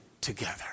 together